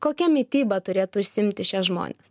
kokia mityba turėtų užsiimti šie žmonės